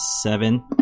seven